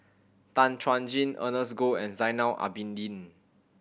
Tan Chuan Jin Ernest Goh and Zainal Abidin